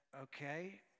okay